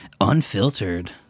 Unfiltered